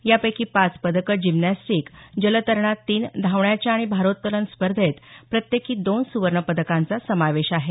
यापैकी पाच पदकं जिम्नास्टिक जलतरणात तीन धावण्याच्या आणि भारोत्तोलन स्पर्धेत प्रत्येकी दोन सुवर्ण पदकांचा समावेश आहे